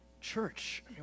Church